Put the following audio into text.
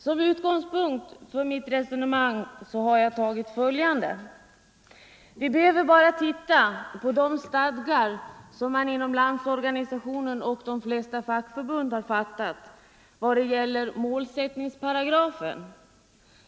Som utgångspunkt för mitt resonemang har jag då tagit vad som står i de stadgar som man inom Landsorganisationen och de flesta fackförbund har antagit vad gäller målsättningsparagrafen.